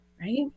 right